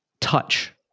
touch